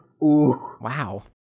Wow